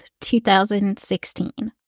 2016